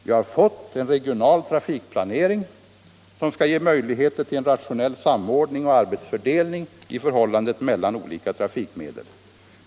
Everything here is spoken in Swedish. Vi har fått en regional trafikplanering, som skall ge möjligheter till en rationell samordning och arbetsfördelning i förhållandet mellan olika tra fikmedel.